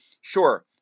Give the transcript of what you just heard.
sure